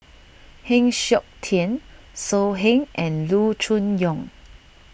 Heng Siok Tian So Heng and Loo Choon Yong